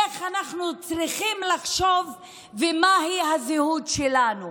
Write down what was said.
איך אנחנו צריכים לחשוב ומהי הזהות שלנו.